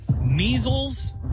Measles